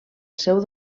seu